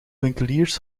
winkeliers